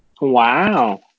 Wow